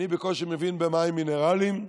אני בקושי מבין במים מינרליים.